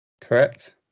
Correct